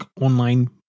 online